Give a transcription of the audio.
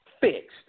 fixed